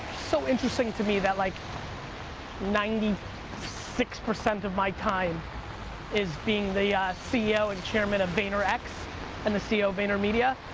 so interesting to me that like ninety six percent of my time is being the ceo and chairman of vaynerx and the ceo of intermedia.